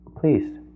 Please